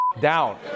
down